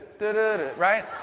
Right